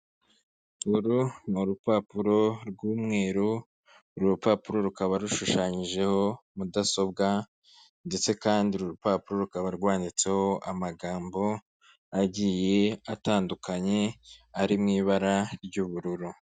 Uru ni urupapuro rw'umweru, uru rupapuro rukaba rushushanyijeho mudasobwa, ndetse kandi uru rupapuro rukaba rwanditseho amagambo agiye atandukanye ari mu ibara ry'ubururu.